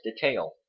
detail